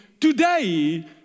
today